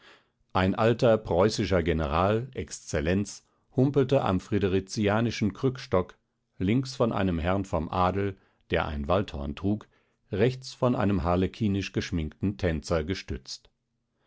ein alter preußischer general exzellenz humpelte am friderizianischen krückstock links von einem herrn vom adel der ein waldhorn trug rechts von einem harlekinisch geschminkten tänzer gestützt